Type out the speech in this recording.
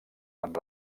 amb